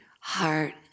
heart